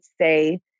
say